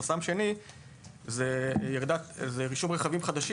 החסם השני הוא רישום של רכבים חדשים